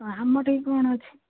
ଆମଠେଇ କ'ଣ ଅଛି